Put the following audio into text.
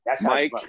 Mike